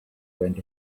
went